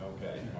Okay